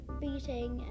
beating